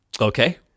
Okay